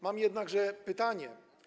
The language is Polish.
Mam jednakże pytanie.